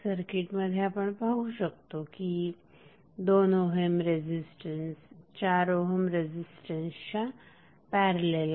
सर्किटमध्ये आपण पाहू शकतो की 2 ओहम रेझिस्टन्स 4 ओहम रेझिस्टन्सच्या पॅरलल आहे